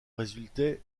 résultait